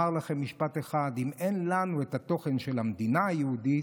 אומר לכם משפט אחד: אם אין לנו את התוכן של המדינה היהודית,